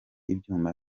ibyuma